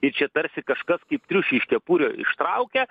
ir čia tarsi kažkas kaip triušį iš kepurių ištraukia